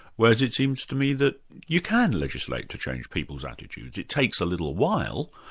whereas it seems to me that you can legislate to change people's attitudes. it takes a little while,